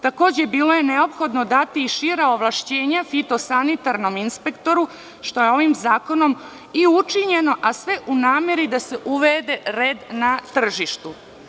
Takođe, neophodno je bilo dati i šira ovlašćenja fitosanitarnom inspektoru što je ovim zakonom i učinjeno, a sve u nameri da se uvede red na tržištu.